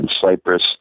Cyprus